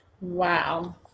Wow